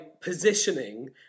positioning